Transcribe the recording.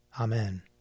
Amen